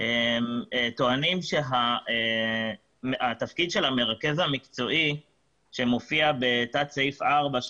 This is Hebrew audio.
טוענים שהתפקיד של המרכז המקצועי שמופיע בתקנה 5(4)